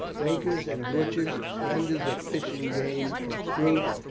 bakers and butchers, vendors of fish and game, of fruit,